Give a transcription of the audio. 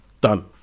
done